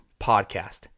podcast